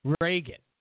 Reagan